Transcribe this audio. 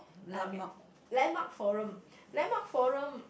ya okay landmark forum landmark forum